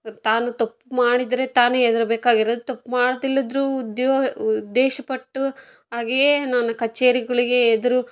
ತಾನು ತಪ್ಪು ಮಾಡಿದರೆ ತಾನೇ ಹೆದ್ರು ಬೇಕಾಗಿರದು ತಪ್ಪು ಮಾಡ್ದಿಲ್ಲದ್ರು ಉದ್ಯೋಗ ಉದ್ದೇಶ ಪಟ್ಟು ಹಾಗೆಯೇ ನನ್ನ ಕಚೇರಿಗಳಿಗೆ ಎದುರು